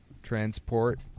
transport